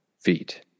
feet